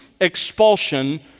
expulsion